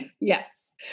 Yes